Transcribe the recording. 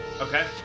Okay